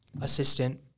assistant